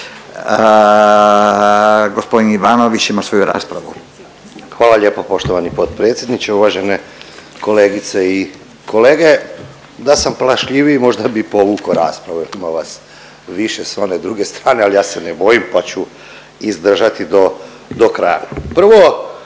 raspravu. **Ivanović, Goran (HDZ)** Hvala lijepo poštovani potpredsjedniče, uvažene kolegice i kolege. Da sam plašljiviji, možda bih povukao raspravu jer ima vas više s one druge strane, ali ja se ne bojim pa ću izdržati do kraja. Prvo,